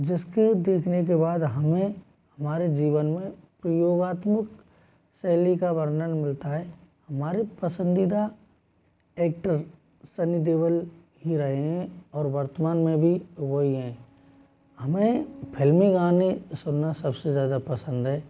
जिसके देखने के बाद हमें हमारे जीवन में प्रयोगात्मक शैली का वर्णन मिलता है हमारे पसंदीदा एक्टर सनी देओल ही रहे हैं और वर्तमान में भी वही हैं हमें फ़िल्मी गाने सुनना सबसे ज़्यादा पसंद है